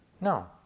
No